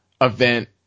event